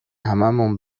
هممون